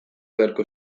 beharko